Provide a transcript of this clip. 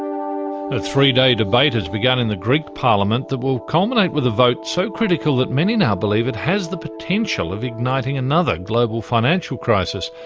ah three day debate has begun in the greek parliament that will culminate in a vote so critical that many now believe it has the potential of igniting another global financial crisis.